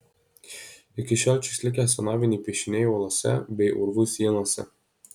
iki šiol čia išlikę senoviniai piešiniai uolose bei urvų sienose